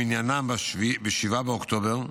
ב-7 באוקטובר למניינם,